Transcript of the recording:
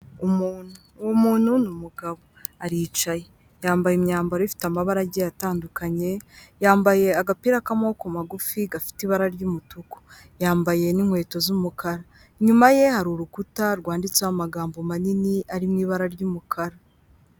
Umuntu, uwo muntu n'umugabo aricaye, yambaye imyambaro ifite amabara agiye atandukanye, yambaye agapira k'amaboko magufi gafite ibara ry'umutuku, yambaye n'inkweto z'umukara inyuma ye hari urukuta rwanditseho amagambo manini ari mu ibara ry'umukara.